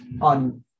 on